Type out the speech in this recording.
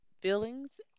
feelings